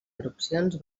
erupcions